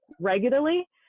regularly